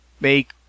make